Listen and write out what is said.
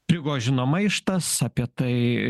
prigožino maištas apie tai